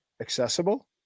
accessible